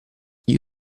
gli